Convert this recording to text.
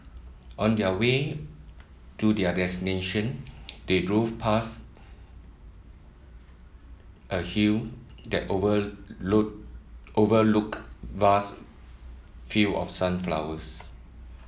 on the way to their destination they drove past a hill that overlooked overlook vast field of sunflowers